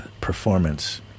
performance